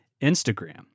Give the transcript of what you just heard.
Instagram